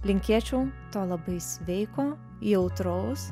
linkėčiau to labai sveiko jautraus